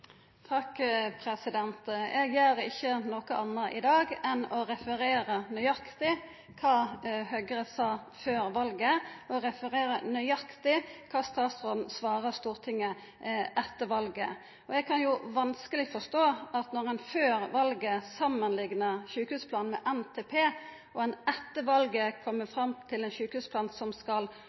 Eg gjer ikkje noko anna i dag enn å referera nøyaktig kva Høgre sa før valet, og referera nøyaktig kva statsråden svarer Stortinget etter valet. Eg kan vanskeleg forstå det når ein før valet samanliknar sjukehusplanen med NTP, og etter valet kjem fram til ein sjukehusplan som skal